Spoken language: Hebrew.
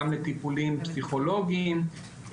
גם לטיפולים פסיכולוגים,